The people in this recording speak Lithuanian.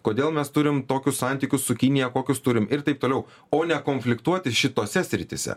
kodėl mes turim tokius santykius su kinija kokius turim ir taip toliau o nekonfliktuoti šitose srityse